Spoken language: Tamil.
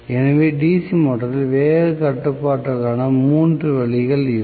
எனவே DC மோட்டரில் வேகக் கட்டுப்பாட்டுக்கான மூன்று வழிகள் இவை